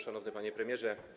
Szanowny Panie Premierze!